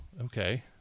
okay